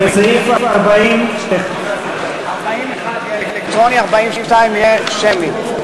40(1) יהיה אלקטרוני, 40(2) יהיה שמי.